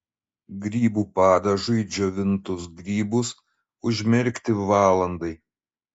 grybų padažui džiovintus grybus užmerkti valandai